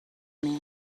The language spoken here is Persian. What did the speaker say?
میاد